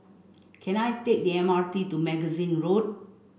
can I take the M R T to Magazine Road